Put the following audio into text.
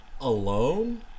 alone